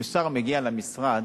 כששר מגיע למשרד,